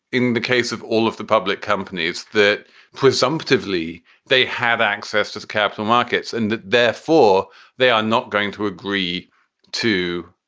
in the case of all of the public companies, that presumptively they have access to the capital markets and therefore they are not going to agree to.